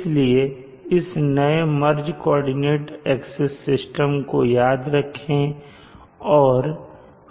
इसलिए इस नए मर्ज कोऑर्डिनेट एक्सिस सिस्टम को याद रखें और